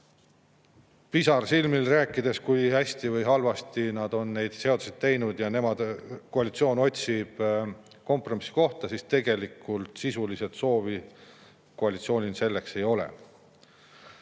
pisarsilmil, kui hästi või halvasti on neid seaduseid tehtud ja et koalitsioon otsib kompromissikohta. Tegelikult sisuliselt soovi koalitsioonil selleks ei ole.